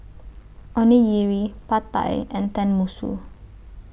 Onigiri Pad Thai and Tenmusu